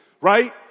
Right